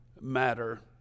matter